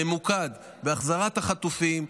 ממוקדים בהחזרת החטופים,